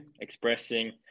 expressing